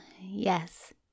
yes